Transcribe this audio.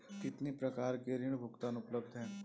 कितनी प्रकार के ऋण भुगतान उपलब्ध हैं?